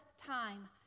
time